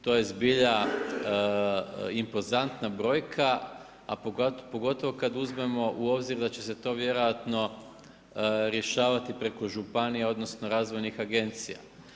To je zbilja impozantna brojka, a pogotovo kada uzmemo u obzir da će se to vjerojatno rješavati preko županija odnosno razvojnih agencija.